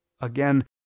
Again